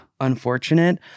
unfortunate